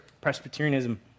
Presbyterianism